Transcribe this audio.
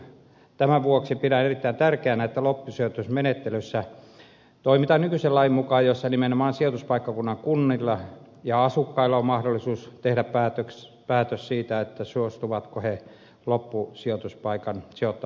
tämän vuoksi pidän erittäin tärkeänä että loppusijoitusmenettelyssä toimitaan nykyisen lain mukaan jossa nimenomaan sijoituspaikkakunnan kunnilla ja asukkailla on mahdollisuus tehdä päätös siitä suostuvatko he loppusijoituspaikan sijoittamiseen omaan kuntaan